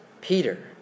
Peter